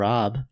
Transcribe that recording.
Rob